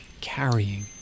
carrying